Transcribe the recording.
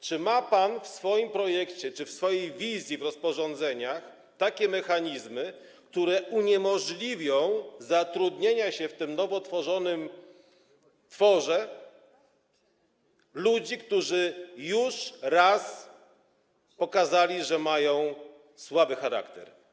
Czy ma pan w swoim projekcie, czy w swojej wizji w rozporządzeniach takie mechanizmy, które uniemożliwią zatrudnienie się w tym nowym tworze ludziom, którzy już raz pokazali, że mają słaby charakter?